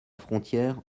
frontière